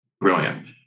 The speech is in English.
Brilliant